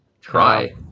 Try